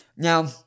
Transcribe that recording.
Now